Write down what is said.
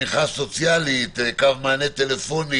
התמיכה הסוציאלית, קו מענה טלפוני